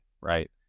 Right